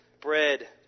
bread